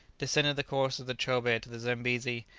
descending the course of the chobe to the zambesi,